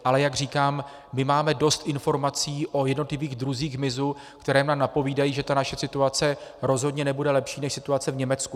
Ale jak říkám, my máme dost informací o jednotlivých druzích hmyzu, které nám napovídají, že naše situace rozhodně nebude lepší než situace v Německu.